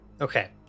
okay